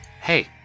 Hey